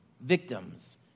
victims